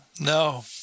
No